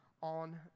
on